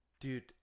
dude